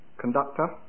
conductor